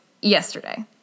yesterday